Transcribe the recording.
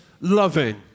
loving